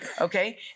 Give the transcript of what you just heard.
Okay